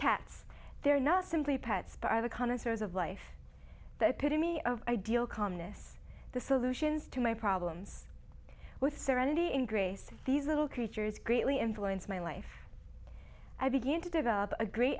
cats they're not simply pets but are the connoisseurs of life the pity me of ideal calmness the solutions to my problems with serenity in grace these little creatures greatly influence my life i begin to develop a great